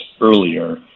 earlier